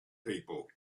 people